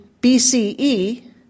BCE